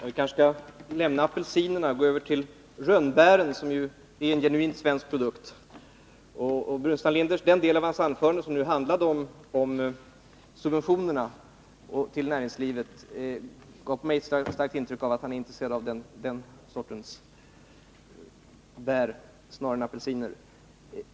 Herr talman! Vi kanske skall lämna apelsinerna och gå över till rönnbären, som ju är en genuint svensk produkt. Den del av herr Burenstam Linders anförande som handlade om subventionerna till näringslivet gav mig ett starkt intryck av att han är intresserad av den sortens bär snarare än av apelsiner.